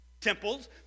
temples